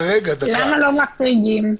למה לא מחריגים?